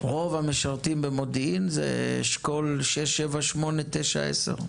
רוב המשרתים במודיעין זה אשכולות 6, 7, 8, 9, 10,